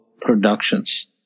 Productions